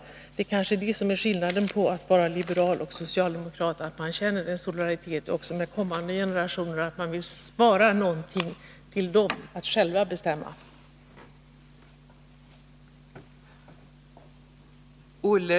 Skillnaden mellan att vara liberal och att vara socialdemokrat är kanske att man som liberal känner en solidaritet med kommande generationer och att man vill spara någonting till dem att själva bestämma över.